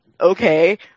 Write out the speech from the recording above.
okay